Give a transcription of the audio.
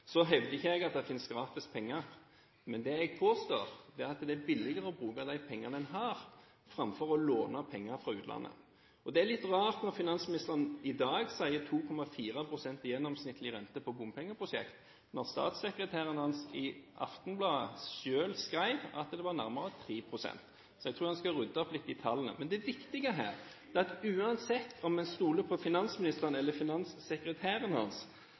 Så hevder ikke jeg at det finnes gratis penger. Men det jeg påstår, er at det er billigere å bruke de pengene man har, framfor å låne penger fra utlandet. Det er litt rart når finansministeren i dag sier 2,4 pst. gjennomsnittlig rente på bompengeprosjekt, mens statssekretæren hans i Aftenbladet skrev at det var nærmere 3 pst. Så jeg tror han skal rydde litt opp i tallene. Men det viktige her er at uansett om man stoler på finansministeren eller statssekretæren hans,